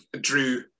drew